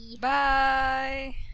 Bye